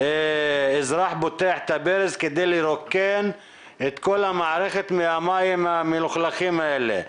אזרח פותח את הברז כדי לרוקן את כל המערכת מהמים המלוכלכים האלה.